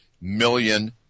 million